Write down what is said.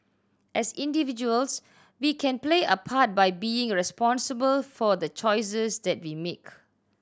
as individuals we can play a part by being responsible for the choices that we make